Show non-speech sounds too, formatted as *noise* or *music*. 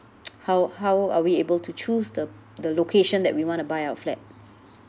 *noise* how how are we able to choose the the location that we want to buy our flat